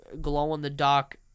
glow-in-the-dark